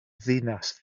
ddinas